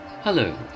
Hello